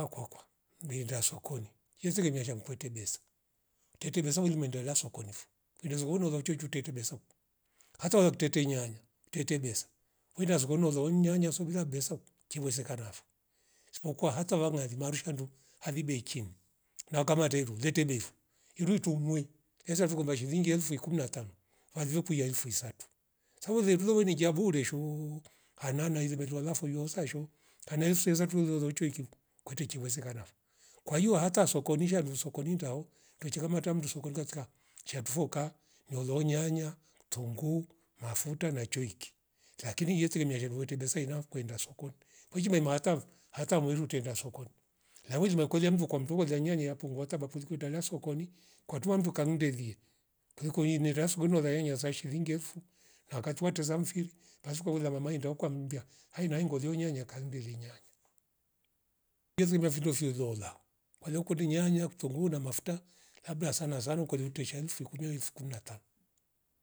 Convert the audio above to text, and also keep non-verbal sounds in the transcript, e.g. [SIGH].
Akwakwa mrinda sokoni yesele mia shamkwete besa tete besa unyi mendela sokonivo mwire zokwa katuchi tuchuwe tute besa ho hasa waktete nyanya tete besa welia zokoni wauza won nyanya sukulia besa kuche wezekana vo isipo kuwa hata wangari marushandu halivibe kenyu na ukama terule tebefo iruwi tumwi hesa vo komba shilingi elfu kumi na tano mavyuku ya elfu isatu sawule lile [UNINTELLIGIBLE] le sho hanana ilemetwa lafo iyosa isho kane feza tulolo cheikwivu kwete chi wezekanavo kwahio hata sokonisha ruv sokonita ho tuchakamat mndu sokoni katika shatuvoka nyolo nyanya. tungu, mafuta na choiki lakini iyeteremia sheruwete besa inafu kwenda sokoni kwishi meimakavo hata mweru tenda sokoni nawilimekolia mvu kwamfurwa lia nyanya yapungua hata sokoni kwindala sokoni kwa tuandu kamndelie kuliko yinera sugunwa layenya sha shilingi elfu nakati wateza mfiri basi kwauza mamai ndauka umbia hainai ngozi yoyonye nyakandilinya yesirimia findo fiyolola kwele kundi nyanya kitungu na mafuta labda sana sana ukuliwote shalifu fikunya elfu kumi na tano